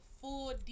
full